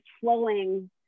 flowing